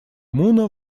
муна